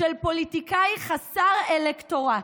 של פוליטיקאי חסר אלקטורט,